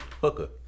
Hooker